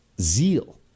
zeal